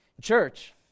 Church